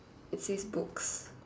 it says books